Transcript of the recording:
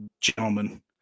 gentlemen